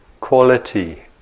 quality